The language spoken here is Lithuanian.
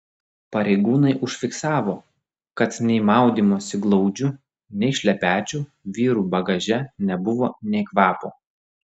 pareigūnai užfiksavo kad nei maudymosi glaudžių nei šlepečių vyrų bagaže nebuvo nė kvapo